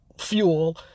fuel